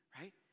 Right